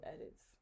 edits